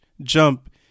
jump